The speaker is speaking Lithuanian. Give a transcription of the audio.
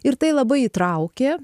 ir tai labai įtraukė